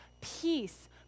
peace